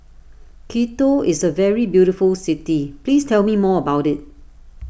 Quito is a very beautiful city please tell me more about it